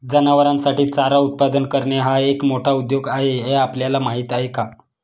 जनावरांसाठी चारा उत्पादन करणे हा एक मोठा उद्योग आहे हे आपल्याला माहीत आहे का?